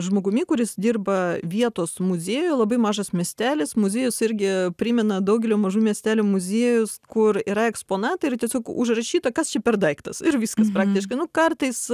žmogumi kuris dirba vietos muziejuje labai mažas miestelis muziejus irgi primena daugelio mažų miestelių muziejus kur yra eksponatai ir tiesiog užrašyta kas čia per daiktas ir viskas praktiškai nu kartais